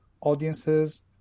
audiences